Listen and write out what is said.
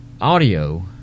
audio